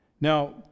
Now